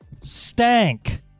stank